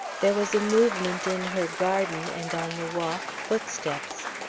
there was a movement in her garden and on the walk footsteps.